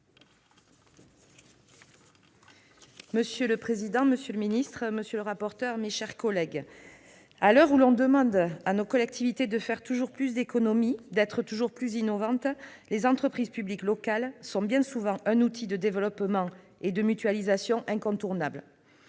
Monsieur le président, monsieur le secrétaire d'État, mes chers collègues, à l'heure où l'on demande à nos collectivités de faire toujours plus d'économies, d'être toujours plus innovantes, les entreprises publiques locales sont bien souvent un outil de développement et de mutualisation incontournable.